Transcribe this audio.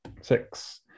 Six